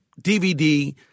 DVD